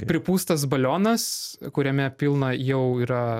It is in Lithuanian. pripūstas balionas kuriame pilna jau yra